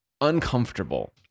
uncomfortable